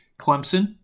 Clemson